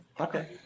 okay